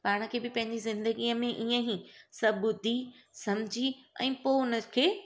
पाण खे बि पंहिंजी ज़िंदगीअ में ईअं ई सभु ॿुधी सम्झी ऐं पोइ हुनखे